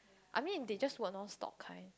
I mean they just work non stop kind